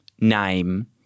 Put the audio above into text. name